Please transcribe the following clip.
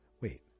wait